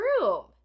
room